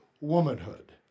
womanhood